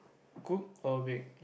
cook or bake